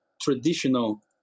traditional